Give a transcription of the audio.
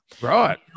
right